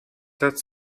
that